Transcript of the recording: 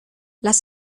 las